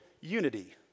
unity